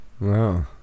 Wow